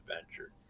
adventure